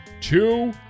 two